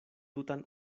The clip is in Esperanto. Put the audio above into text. tutan